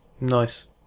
nice